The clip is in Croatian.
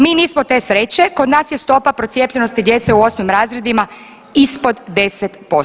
Mi nismo te sreće kod nas je stopa procijepljenosti djece u 8 razredima ispod 10%